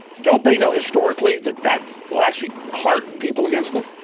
don't they know historically that that will actually harden people against them